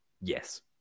Yes